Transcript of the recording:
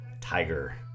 tiger